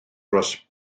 dros